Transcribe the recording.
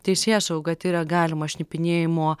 teisėsauga tiria galimą šnipinėjimo